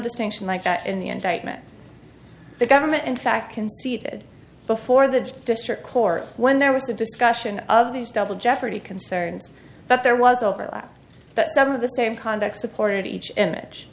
distinction like that in the indictment the government in fact conceded before the district court when there was a discussion of these double jeopardy concerns but there was overlap but some of the same conduct supported each image